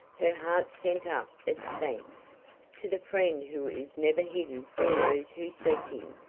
her heart sent up its thanks to the friend who is never hidden from those who seek him.